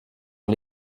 sur